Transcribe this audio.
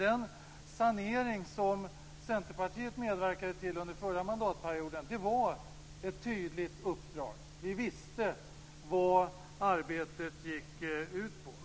Den sanering som Centerpartiet medverkade till under den förra mandatperioden var ett tydligt uppdrag. Vi visste vad arbetet gick ut på.